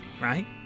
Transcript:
right